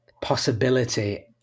possibility